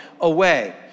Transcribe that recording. away